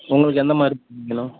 உங்களுக்கு எந்த மாதிரி மீன் வேணும்